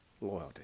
loyalty